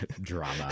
drama